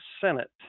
Senate